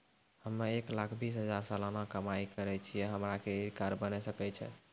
हम्मय एक लाख बीस हजार सलाना कमाई करे छियै, हमरो क्रेडिट कार्ड बने सकय छै?